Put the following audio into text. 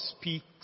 speaks